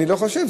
אני לא חושב.